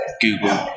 Google